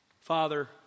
father